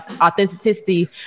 authenticity